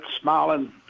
smiling